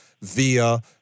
via